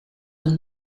hem